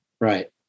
Right